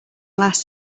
last